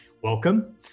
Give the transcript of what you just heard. Welcome